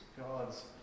God's